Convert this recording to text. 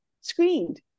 screened